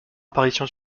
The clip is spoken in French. apparition